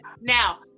Now